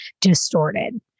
distorted